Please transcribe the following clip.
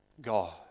God